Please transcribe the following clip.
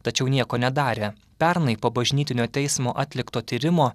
tačiau nieko nedarė pernai po bažnytinio teismo atlikto tyrimo